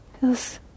feels